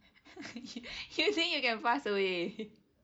you think you can pass away